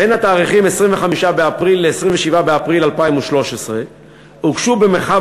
בין התאריכים 25 באפריל 2013 ו-27 באפריל 2013 הוגשו במרחב